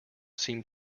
seemed